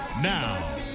Now